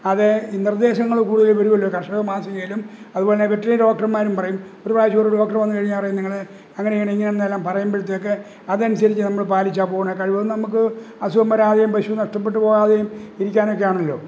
അത് ഈ നിർദ്ദേശങ്ങൾ കൂടുതല് വരുമല്ലോ ഈ കർഷക മാസികയിലും അത്പോലെ തന്നെ വെറ്റിനറി ഡോക്ടര്മാരും പറയും ഒരു പ്രാവശ്യം ഒരു ഡോക്ടർ വന്ന് കഴിഞ്ഞാല് പറയും നിങ്ങള് അങ്ങനെ ചെയ്യണം ഇങ്ങനെ ചെയ്യണം എന്ന് പറയുമ്പഴ്ത്തേക്ക് അതനുസരിച്ച് നമ്മള് പാലിച്ചാണു പോകുന്നത് കഴിവതും നമ്മള്ക്ക് അസുഖം വരാതെയും പശു നഷ്ടപ്പെട്ട് പോകാതെയും ഇരിക്കാനൊക്കെ ആണല്ലോ